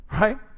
Right